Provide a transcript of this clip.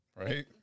Right